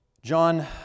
John